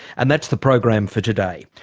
and that's the program for today,